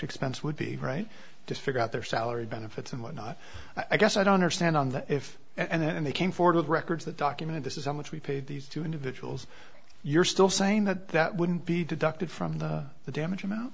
expense would be right to figure out their salary benefits and whatnot i guess i don't understand on that if and then they came forward with records that documented this is how much we paid these two individuals you're still saying that that wouldn't be deducted from the damage amount